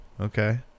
okay